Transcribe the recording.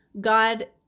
God